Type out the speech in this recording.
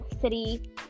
city